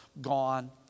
gone